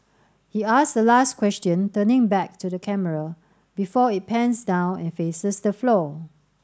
he asks the last question turning back to the camera before it pans down and faces the floor